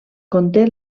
conté